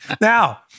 Now